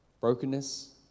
brokenness